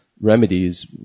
remedies